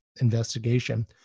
investigation